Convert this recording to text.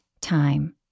time